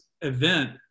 event